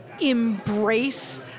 embrace